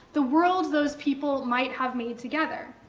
the world those people might have made together.